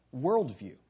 worldview